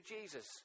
Jesus